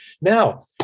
Now